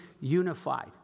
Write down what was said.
unified